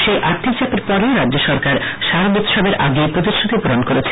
সেই আর্থিকচাপের পরেও রাজ্য সরকার শারদ উৎসবের আগে এই প্রতিশ্রুতিপূরণ করেছে